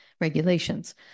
regulations